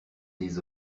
des